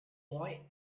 boy